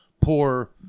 poor